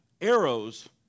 arrows